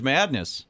Madness